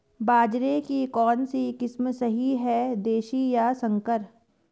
बाजरे की कौनसी किस्म सही हैं देशी या संकर?